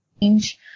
change